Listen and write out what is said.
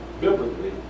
biblically